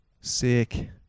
sick